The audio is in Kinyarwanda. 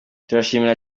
turashimira